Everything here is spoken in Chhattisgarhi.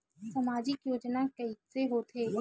सामाजिक योजना के कइसे होथे?